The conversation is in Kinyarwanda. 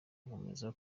nkomeza